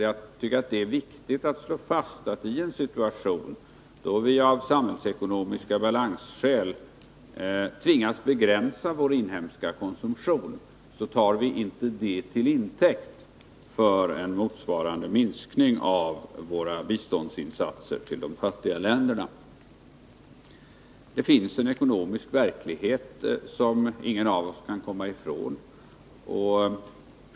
Jag tycker att det är viktigt att slå fast att i en situation då vi av samhällsekonomiska balansskäl tvingas begränsa vår inhemska konsumtion, så tar vi inte det till intäkt för en motsvarande minskning av våra biståndsinsatser till de fattiga länderna. Det finns en ekonomisk verklighet som ingen av oss kan komma ifrån.